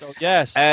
Yes